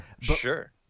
Sure